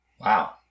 Wow